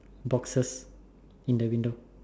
boxes in the window